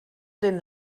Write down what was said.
den